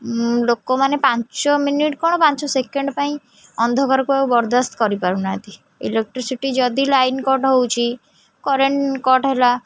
ଲୋକମାନେ ପାଞ୍ଚ ମିନିଟ୍ କ'ଣ ପାଞ୍ଚ ସେକେଣ୍ଡ ପାଇଁ ଅନ୍ଧକରକ ବର୍ଦାସ୍ତ କରିପାରୁନାହାନ୍ତି ଇଲେକ୍ଟ୍ରିସିଟି ଯଦି ଲାଇନ୍ କଟ୍ ହେଉଛି କରେଣ୍ଟ କଟ୍ ହେଲା